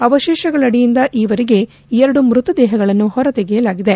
ಅವಶೇಷಗಳಡಿಯಿಂದ ಈವರೆಗೆ ಎರಡು ಮೃತದೇಹಗಳನ್ನು ಹೊರತೆಗೆಯಲಾಗಿದೆ